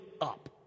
up